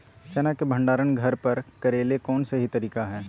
चना के भंडारण घर पर करेले कौन सही तरीका है?